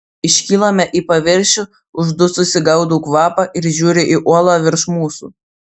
iškylame į paviršių uždususi gaudau kvapą ir žiūriu į uolą virš mūsų